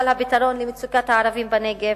על מצוקת הערבים בנגב,